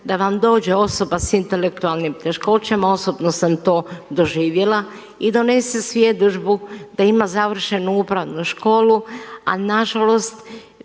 da vam dođe osoba sa intelektualnim teškoćama, osobno sam to doživjela i donese svjedodžbu da ima završenu upravnu školu a nažalost